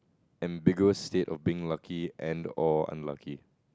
ambiguous state of being lucky and or unlucky